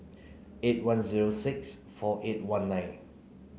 eight one zero six four eight one nine